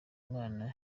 imana